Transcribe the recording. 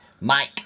Mike